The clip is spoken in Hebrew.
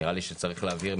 נראה לי שצריך להבהיר,